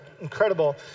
Incredible